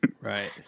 Right